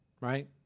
right